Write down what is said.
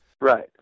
right